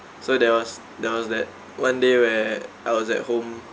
so that was that was that one day where I was at home